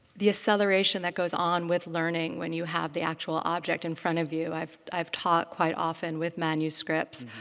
the acceleration that goes on with learning when you have the actual object in front of you. i've i've taught quite often with manuscripts